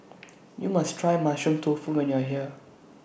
YOU must Try Mushroom Tofu when YOU Are here